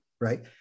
Right